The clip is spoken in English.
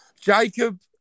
Jacob